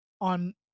on